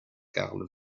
karl